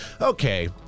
Okay